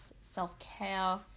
self-care